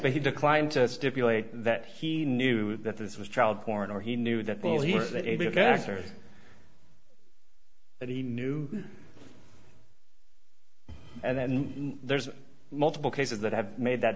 but he declined to stipulate that he knew that this was child porn or he knew that will he be a character that he knew and then there's multiple cases that have made that